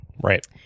Right